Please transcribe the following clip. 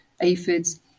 aphids